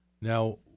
Now